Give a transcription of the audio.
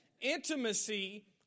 Intimacy